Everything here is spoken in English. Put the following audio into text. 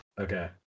Okay